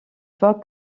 toi